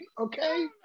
Okay